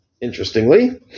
Interestingly